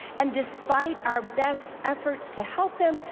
and despite our best efforts to help him,